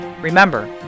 Remember